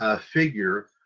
figure